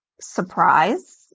surprise